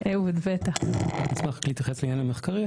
אני אשמח להתייחס לעניין המחקרי.